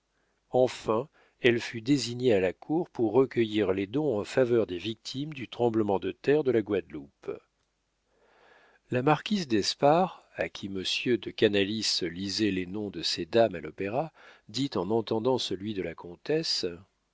enfin elle fut désignée à la cour pour recueillir les dons en faveur des victimes du tremblement de terre de la guadeloupe la marquise d'espard à qui monsieur de canalis lisait les noms de ces dames à l'opéra dit en entendant celui de la comtesse